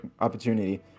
opportunity